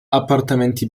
appartamenti